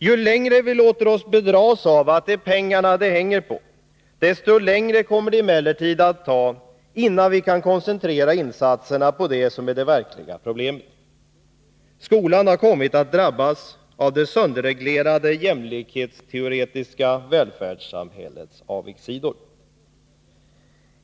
Ju längre vi låter oss bedras av att det är pengarna det hänger på, desto längre kommer det emellertid att dröja innan vi kan koncentrera insatserna på det som är det verkliga problemet. Skolan har kommit att drabbas av det sönderreglerade jämlikhetsteoretiska välfärdssamhällets avigsidor.